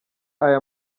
aya